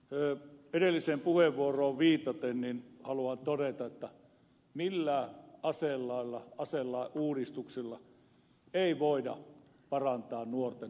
edelliseen puheenvuoroon viitaten haluan todeta että millään aselain uudistuksilla ei voida parantaa nuorten pahoinvointia